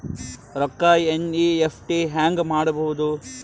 ರೊಕ್ಕ ಎನ್.ಇ.ಎಫ್.ಟಿ ಹ್ಯಾಂಗ್ ಮಾಡುವುದು?